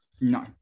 no